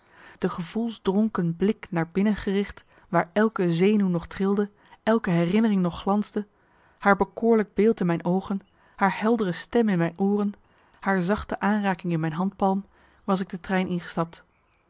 de gevoelsdronken blik naar binnen gericht waar elke zenuw nog trilde elke herinnering nog glansde haar bekoorlijk beeld in mijn oogen haar heldere stem in mijn ooren haar zachte aanraking in mijn handpalm was ik de trein ingestapt